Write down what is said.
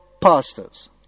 pastors